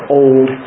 old